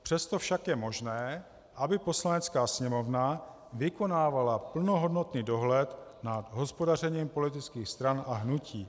Přesto však je možné, aby Poslanecká sněmovna vykonávala plnohodnotný dohled nad hospodařením politických stran a hnutí.